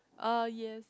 uh yes